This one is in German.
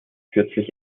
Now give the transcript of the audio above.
kürzlich